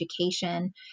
education